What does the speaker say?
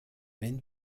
wenn